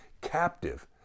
captive